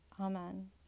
Amen